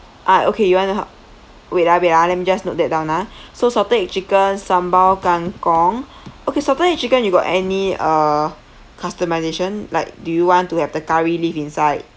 ah okay you want to ha~ wait ah wait ah let me just note that down ah so salted egg chicken sambal kangkong okay salted egg chicken you got any uh customisation like do you want to have the curry leaf inside